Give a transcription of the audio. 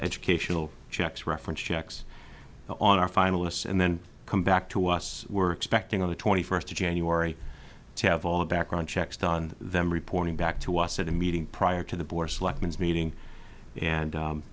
educational checks reference checks on our finalists and then come back to us were expecting on the twenty first of january to have all the background checks done them reporting back to us at a meeting prior to the bourse elections meeting and